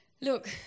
Look